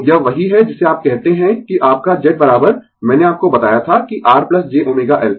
तो यह वही है जिसे आप कहते है कि आपका Z मैंने आपको बताया था कि R j ω L